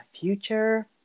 future